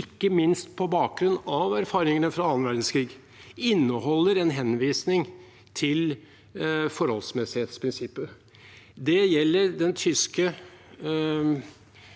ikke minst på bakgrunn av erfaringene fra annen verdenskrig, inneholder en henvisning til forholdsmessighetsprinsippet. Det gjelder den tyske